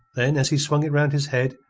then as he swung it round his head,